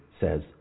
says